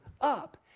up